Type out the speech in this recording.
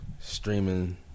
streaming